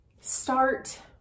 start